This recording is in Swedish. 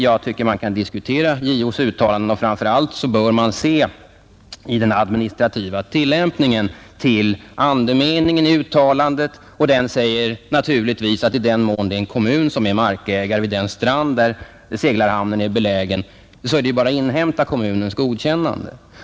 Jag tycker att man kan diskutera JO:s uttalanden, och framför allt bör man i den Nr 23 administrativa tillämpningen se till andemeningen i uttalandet. Det är Torsdagen den naturligt att i den mån det är en kommun som är ägare av den strand där 11 februari 1971 seglarhamnen är belägen är det bara att inhämta kommunens godkännande.